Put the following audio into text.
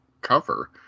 cover